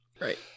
Right